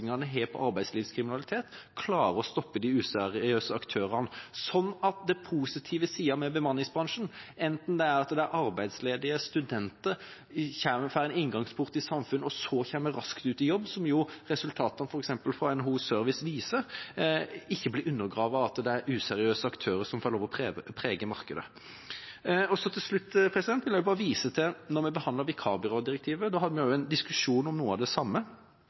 på arbeidslivskriminalitet klarer å stoppe de useriøse aktørene, slik at de positive sidene ved bemanningsbransjen, som at arbeidsledige studenter får en inngangsport i samfunnet, og så kommer raskt ut i jobb, som resultater f.eks. fra NHO Service viser, ikke blir undergravd av at useriøse aktører får lov til å prege markedet. Til slutt vil jeg få vise til at da vi behandlet vikarbyrådirektivet, hadde vi en diskusjon om noe av det samme,